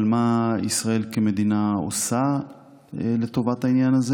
אבל מה ישראל כמדינה עושה לטובת הדבר הזה?